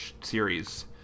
series